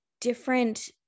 different